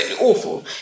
Awful